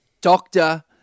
doctor